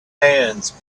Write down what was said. hands